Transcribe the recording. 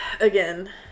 again